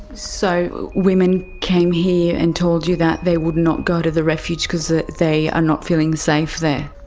so women came here and told you that they would not go to the refuge because ah they are not feeling safe there?